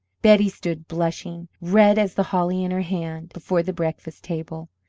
betty stood, blushing, red as the holly in her hand, before the breakfast table.